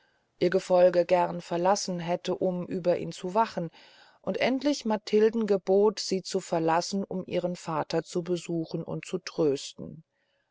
ihr gefolge gern verlassen hätte um über ihn zu wachen und endlich matilden gebot sie zu verlassen um ihren vater zu besuchen und zu trösten